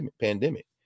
pandemic